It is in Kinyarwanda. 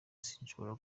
sinshobora